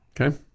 Okay